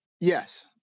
Yes